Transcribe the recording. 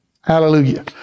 Hallelujah